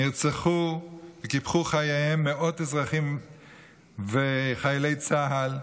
נרצחו, קיפחו חייהם מאות אזרחים וחיילי צה"ל,